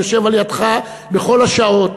יושב על ידך בכל השעות.